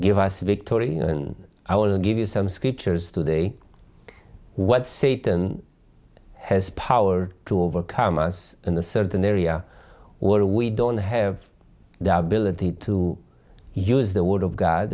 give us a victorian i will give you some scriptures today what satan has power to overcome us in a certain area where we don't have the ability to use the word of god